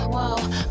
Whoa